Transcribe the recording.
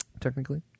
technically